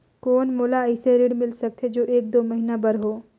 कौन मोला अइसे ऋण मिल सकथे जो एक दो महीना बर हो?